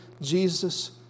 Jesus